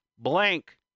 Blank